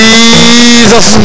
Jesus